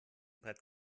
brett